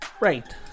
Right